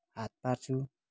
हात पार्छु